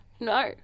No